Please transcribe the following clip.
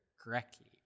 correctly